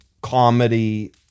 comedy